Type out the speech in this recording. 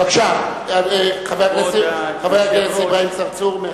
בבקשה, חבר הכנסת אברהים צרצור.